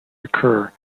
occur